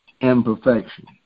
imperfection